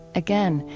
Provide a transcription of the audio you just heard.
again,